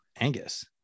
angus